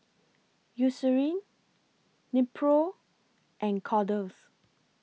Eucerin Nepro and Kordel's